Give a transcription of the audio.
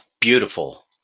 beautiful